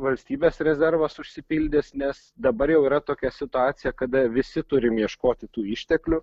valstybės rezervas užsipildys nes dabar jau yra tokia situacija kada visi turim ieškoti tų išteklių